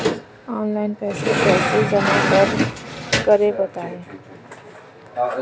Online पैसा कैसे जमा करें बताएँ?